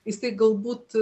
jisai galbūt